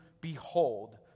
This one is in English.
behold